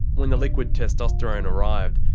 when the liquid testosterone arrived,